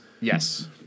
Yes